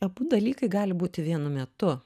abu dalykai gali būti vienu metu